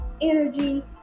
energy